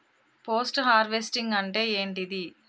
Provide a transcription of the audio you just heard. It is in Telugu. పోస్ట్ హార్వెస్టింగ్ అంటే ఏంటిది?